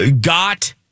got